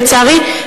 לצערי.